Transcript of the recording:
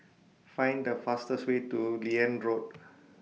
Find The fastest Way to Liane Road